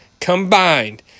combined